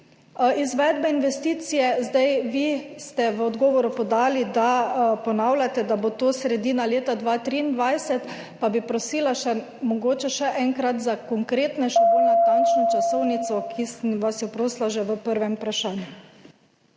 izvedbe investicije. Vi ste v odgovoru podali, da ponavljate, da bo to sredina leta 2023, pa bi prosila mogoče še enkrat za konkretnejšo, bolj natančno časovnico, za katero sem vas prosila že v prvem vprašanju.